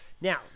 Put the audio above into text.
Now